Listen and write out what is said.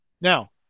Now